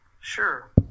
Sure